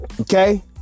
Okay